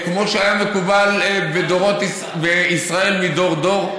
כמו שהיה מקובל בישראל מדור דור.